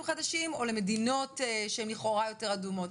חדשים או למדינות שהן לכאורה יותר אדומות.